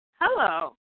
hello